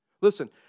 Listen